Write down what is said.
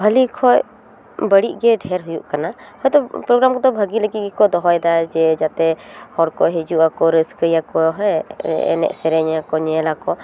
ᱵᱷᱟᱞᱮ ᱠᱷᱚᱱ ᱵᱟᱹᱲᱤᱡ ᱜᱮ ᱰᱷᱮᱨ ᱦᱩᱭᱩᱜ ᱠᱟᱱᱟ ᱦᱳᱭᱛᱳ ᱯᱨᱳᱜᱨᱟᱢ ᱠᱚᱫᱚ ᱵᱷᱟᱜᱮ ᱞᱟᱹᱜᱤᱫ ᱜᱮᱠᱚ ᱫᱚᱦᱚᱭᱮᱫᱟ ᱡᱮ ᱡᱟᱛᱮ ᱦᱚᱲ ᱠᱚ ᱦᱤᱡᱩᱜ ᱟᱠᱚ ᱨᱟᱹᱥᱠᱟᱹᱭᱟᱠᱚ ᱦᱮᱸ ᱮᱱᱮᱡ ᱥᱮᱨᱮᱧ ᱟᱠᱚ ᱧᱮᱞ ᱟᱠᱚ